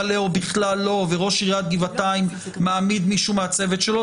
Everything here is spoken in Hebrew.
מלא או בכלל לא וראש עיריית גבעתיים מעמיד מישהו מהצוות שלו.